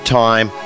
time